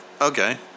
okay